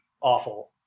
awful